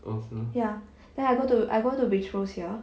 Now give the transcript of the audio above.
ya then I go to I go to beach rose here